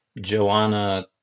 Joanna